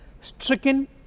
stricken